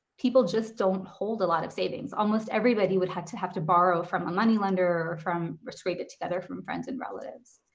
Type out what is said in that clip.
people just don't hold a lot of savings. almost everybody would have to have to borrow from a money lender, or from scrape it together from friends and relatives.